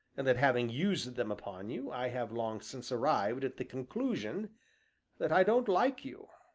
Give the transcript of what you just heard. and that having used them upon you, i have long since arrived at the conclusion that i don't like you.